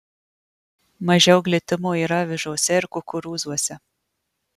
mažiau glitimo yra avižose ir kukurūzuose